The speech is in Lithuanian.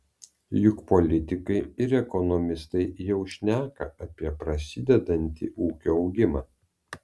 juk politikai ir ekonomistai jau šneka apie prasidedantį ūkio augimą